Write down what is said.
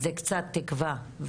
זה קצת תקווה.